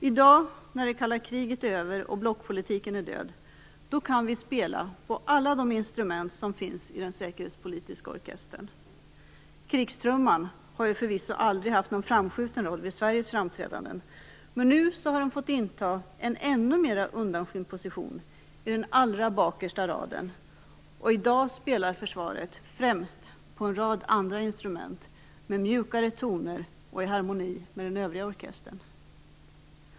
I dag, när det kalla kriget är över och blockpolitiken är död, kan vi spela på alla de instrument som finns i den säkerhetspolitiska orkestern. Krigstrumman har förvisso aldrig haft någon framskjuten roll vid Sveriges framträdanden, men nu har den fått inta en ännu mer undanskymd position i den allra bakersta raden. I dag spelar försvaret främst på en rad andra instrument med mjukare toner och i harmoni med den övriga orkestern.